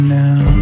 now